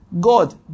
God